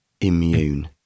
immune